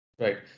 Right